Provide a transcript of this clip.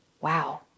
Wow